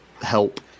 Help